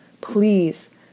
please